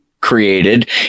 Created